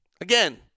again